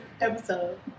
episode